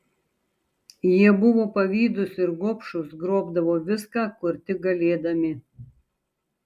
jie buvo pavydūs ir gobšūs grobdavo viską kur tik galėdami